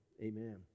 amen